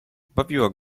bawiła